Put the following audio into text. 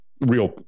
real